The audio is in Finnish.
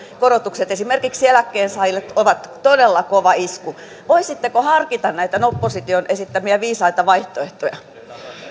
korotukset esimerkiksi eläkkeensaajille ovat todella kova isku voisitteko harkita näitä opposition esittämiä viisaita vaihtoehtoja